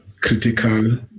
critical